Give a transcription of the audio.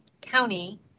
county